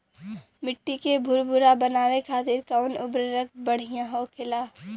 मिट्टी के भूरभूरा बनावे खातिर कवन उर्वरक भड़िया होखेला?